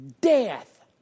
death